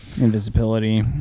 Invisibility